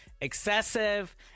excessive